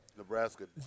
Nebraska